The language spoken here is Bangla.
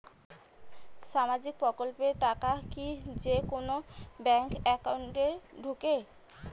সামাজিক প্রকল্পের টাকা কি যে কুনো ব্যাংক একাউন্টে ঢুকে?